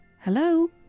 Hello